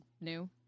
new